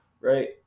right